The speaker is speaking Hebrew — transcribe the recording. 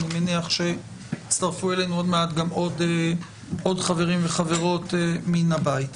אני מניח שיצטרפו אלינו עוד חברים וחברות מן הבית.